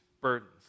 burdens